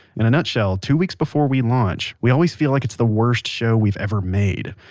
in a nutshell, two weeks before we launch, we always feel like it's the worst show we've ever made,